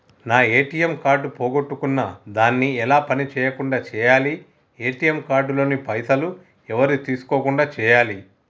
నా ATM card పోగొట్టుకున్నా దాన్ని ఎలా పని చేయకుండా చేయాలి ఏ.టి.ఎమ్ కార్డు లోని పైసలు ఎవరు తీసుకోకుండా చేయాలి?